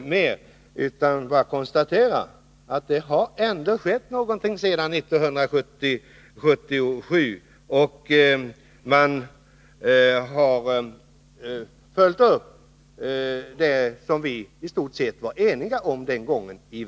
mer, utan bara konstatera att det ändå har skett någonting sedan 1977. Man har följt upp den målsättning som vi i stort sett var eniga om den gången.